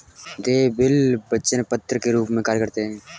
देय बिल वचन पत्र के रूप में कार्य करते हैं